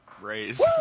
raise